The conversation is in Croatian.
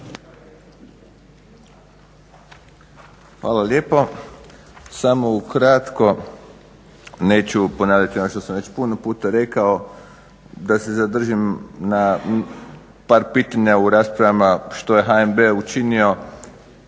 Hvala lijepo. Samo ukratko neću ponavljati ono što sam već puno puta rekao da se zadržim na par pitanja u raspravama što je HNb učinio,